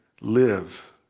live